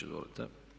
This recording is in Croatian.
Izvolite.